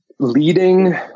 Leading